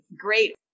great